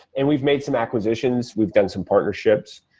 and we've made some acquisitions, we've done some partnerships.